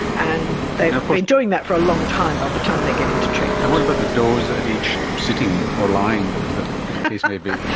and they've been doing that for a long time by the time they get into treatment. and what about the dose at each sitting, or lying as the case may be?